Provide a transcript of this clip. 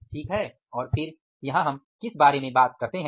ठीक है और फिर यहाँ हम किस बारे में बात करते हैं